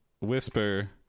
whisper